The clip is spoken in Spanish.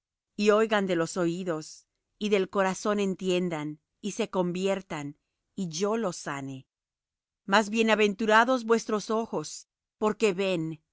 y oigan de los oídos y del corazón entiendan y se conviertan y yo los sane mas bienaventurados vuestros ojos porque ven